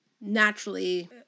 naturally